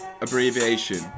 abbreviation